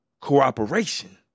cooperation